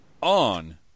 on